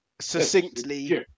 Succinctly